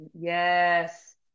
yes